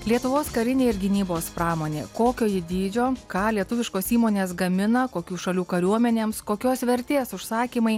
lietuvos karinė ir gynybos pramonė kokio ji dydžio ką lietuviškos įmonės gamina kokių šalių kariuomenėms kokios vertės užsakymai